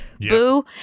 boo